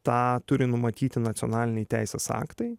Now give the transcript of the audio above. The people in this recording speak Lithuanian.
tą turi numatyti nacionaliniai teisės aktai